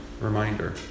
reminder